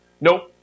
Nope